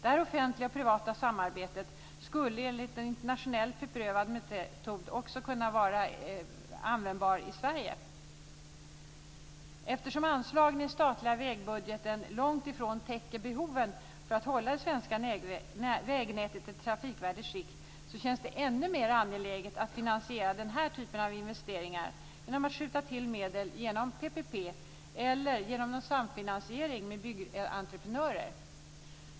Detta offentliga och privata samarbete skulle enligt en internationellt beprövad metod också kunna vara användbart i Sverige. Eftersom anslagen i statliga vägbudgeten långt ifrån täcker behoven för att hålla det svenska vägnätet i trafikvärdigt skick känns det ännu mer angeläget att finansiera denna typ av investeringar genom att skjuta till medel genom PPP eller genom en samfinansiering med byggentreprenörer.